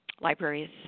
libraries